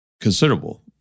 considerable